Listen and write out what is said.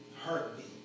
heartbeat